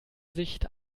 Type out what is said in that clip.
sicht